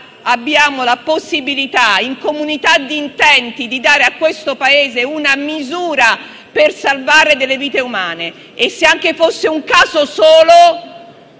abbiamo la possibilità, in comunità di intenti, di dare a questo Paese una misura per salvare delle vite umane e, se anche ci fosse un caso soltanto